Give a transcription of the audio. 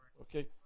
Okay